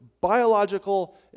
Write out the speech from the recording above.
biological